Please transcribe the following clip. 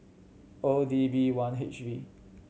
O D B one H V